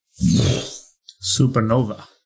Supernova